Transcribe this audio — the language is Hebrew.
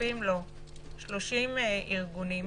וששותפים לו 30 ארגונים,